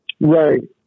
Right